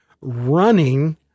running